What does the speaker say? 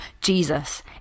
jesus